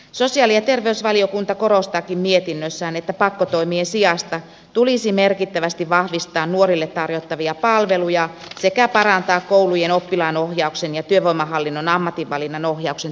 sosiaali ja terveysvaliokunta korostaakin mietinnössään että pakkotoimien sijasta tulisi merkittävästi vahvistaa nuorille tarjottavia palveluja sekä parantaa koulujen oppilaanohjauksen ja työvoimahallinnon ammatinvalinnan ohjauksen toimivuutta